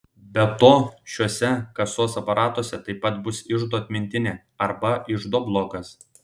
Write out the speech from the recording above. be to šiuose kasos aparatuose taip pat bus iždo atmintinė arba iždo blokas